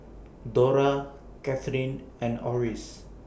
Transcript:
Dora Cathleen and Orris